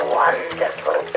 wonderful